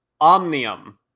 Omnium